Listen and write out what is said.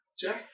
Jack